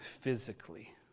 physically